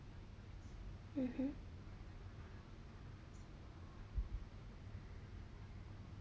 mmhmm